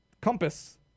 compass